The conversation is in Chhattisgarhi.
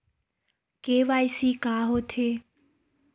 के.वाई.सी का होथे?